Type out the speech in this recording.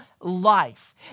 life